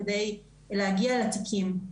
כדי להגיע לתיקים.